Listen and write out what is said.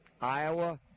Iowa